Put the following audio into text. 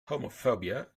homophobia